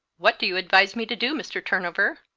what do you advise me to do, mr. turnover?